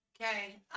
okay